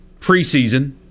preseason